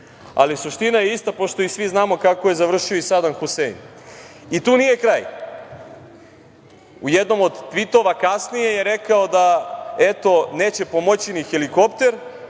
ali suština je ista, pošto svi znamo kako je završio i Sadam Husein. Tu nije kraj. U jednom od tvitova kasnije je rekao da, eto, neće pomoći ni helikopter